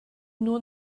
nur